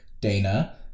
dana